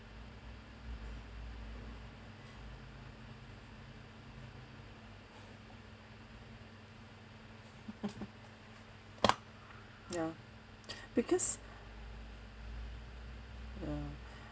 ya because ya